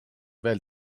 veel